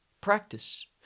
practice